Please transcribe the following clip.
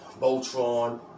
Voltron